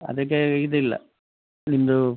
ಅದಕ್ಕಾಗಿ ಇದಲ್ಲ ನಿಮ್ಮದು